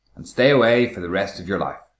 and stay away for the rest of your life.